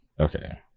Okay